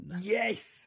Yes